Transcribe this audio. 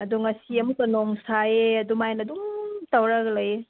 ꯑꯗꯨ ꯉꯁꯤ ꯑꯃꯨꯛꯀ ꯅꯣꯡ ꯁꯥꯏꯌꯦ ꯑꯗꯨꯃꯥꯏꯅ ꯑꯗꯨꯝ ꯇꯧꯔꯒ ꯂꯩꯌꯦ